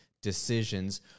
decisions